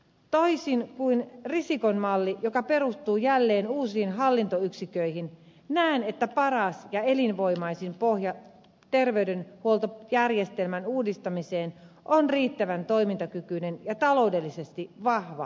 toisin kuin risikon malli joka perustuu jälleen uusiin hallintoyksiköihin näen että paras ja elinvoimaisin pohja terveydenhuoltojärjestelmän uudistamiseen on riittävän toimintakykyinen ja taloudellisesti vahva kunta